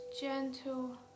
gentle